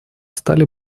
стали